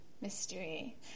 Mystery